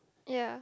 ya